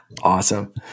Awesome